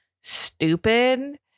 stupid